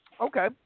okay